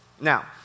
now